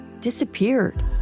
disappeared